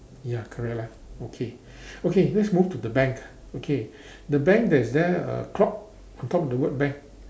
ya correct lah okay okay let's move to the bank okay the bank there's there a clock on top of the word bank